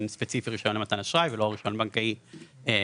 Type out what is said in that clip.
ספציפי רישיון למתן אשראי ולא רישיון בנקאי כולל.